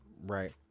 right